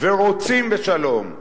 ורוצים בשלום,